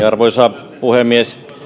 arvoisa puhemies